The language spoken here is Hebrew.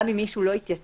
גם אם מישהו לא התייצב,